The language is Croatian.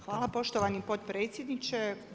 Hvala poštovani potpredsjedniče.